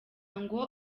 ngo